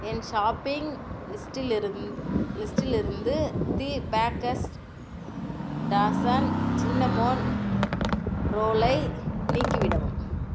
என் shopping லிஸ்டிலிருந் லிஸ்டிலிருந்து the baker's dozen cinnamon roll ஐ நீக்கிவிடவும்